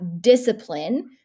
discipline